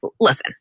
listen